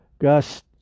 Gus